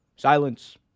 Silence